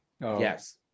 Yes